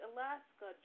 Alaska